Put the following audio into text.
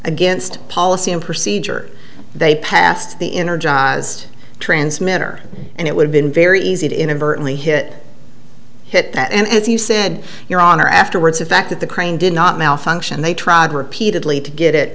against policy and procedure they passed the energized transmitter and it would been very easy to inadvertently hit hit that and as you said your honor afterwards the fact that the crane did not malfunction they tried repeatedly to get it